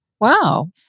wow